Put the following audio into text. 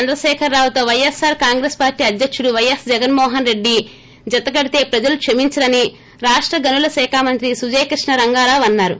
చంద్రశేఖరరావుతో YSR Congress party అధ్యకుడు పైఎస్ జగన్మోహన్ రెడ్డి జతకడితే ప్రజలు క్షమించరని రాష్ల గనుల శాఖ మంత్రి సుజయ్ కృష్ణ రంగారావు అన్నారు